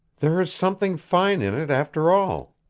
there is something fine in it, after all,